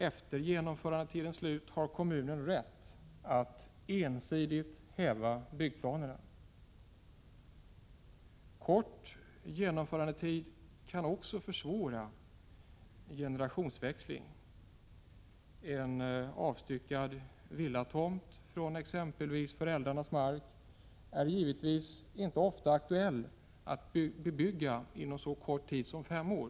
Efter genomförandetidens slut har kommunen rätt att ensidigt häva byggplanerna. Kort genomförandetid kan också försvåra vid generationsväxling. En villatomt som avstyckats från exempelvis föräldrarnas mark är givetvis ofta — Prot. 1986/87:36 inte aktuell att bebygga inom en så kort tid som fem år.